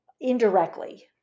indirectly